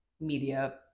media